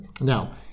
Now